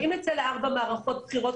אם נצא לארבע מערכות בחירות,